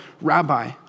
Rabbi